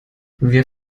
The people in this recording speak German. wir